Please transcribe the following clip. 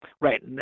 Right